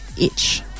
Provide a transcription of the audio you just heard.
itch